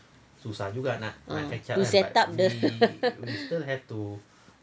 ah to set up the